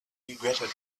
regretted